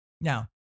Now